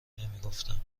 نمیگفتم